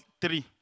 three